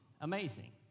amazing